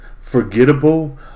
forgettable